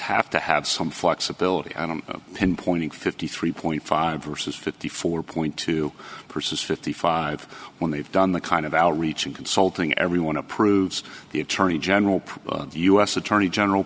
have to have some flexibility and i'm pinpointing fifty three point five versus fifty four point two persons fifty five when they've done the kind of outreach and consulting everyone approves the attorney general proposed u s attorney general